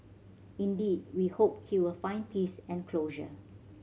indeed we hope he will find peace and closure